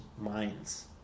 minds